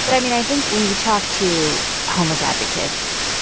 but i mean, i think when you talk to homeless advocates,